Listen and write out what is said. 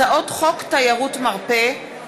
הצעות חוק תיירות מרפא,